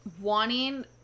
wanting